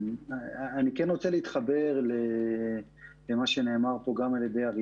אני רוצה להתחבר למה שנאמר פה על ידי קודמיי.